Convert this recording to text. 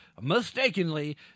mistakenly